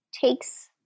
takes